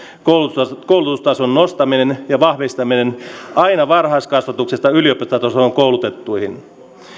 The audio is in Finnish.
koulutustason koulutustason nostaminen ja vahvistaminen aina varhaiskasvatuksesta yliopistotason koulutettuihin